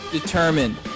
determined